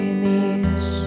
knees